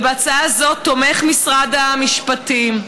ובהצעה הזאת תומך משרד המשפטים,